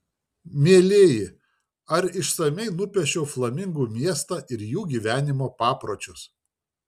mielieji ar išsamiai nupiešiau flamingų miestą ir jų gyvenimo papročius